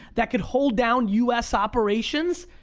that could hold down u s. operations,